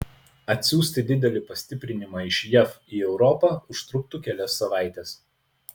atsiųsti didelį pastiprinimą iš jav į europą užtruktų kelias savaites